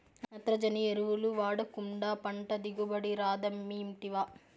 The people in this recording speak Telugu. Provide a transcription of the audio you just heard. నత్రజని ఎరువులు వాడకుండా పంట దిగుబడి రాదమ్మీ ఇంటివా